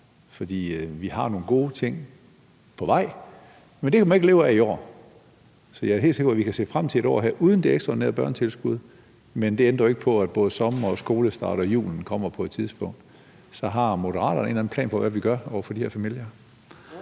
For vi har nogle gode ting på vej, men det kan man ikke leve af i år. Så jeg er helt sikker på, at vi kan se frem til et år uden det ekstraordinære børnetilskud, men det ændrer jo ikke på, at både sommer og skolestart og julen kommer på et tidspunkt. Så har Moderaterne en eller anden plan for, hvad vi gør over for de her familier?